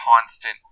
constant